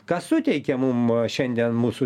ką suteikia mum šiandien mūsų